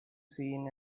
seen